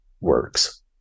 works